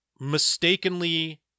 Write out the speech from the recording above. mistakenly